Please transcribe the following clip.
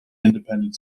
independent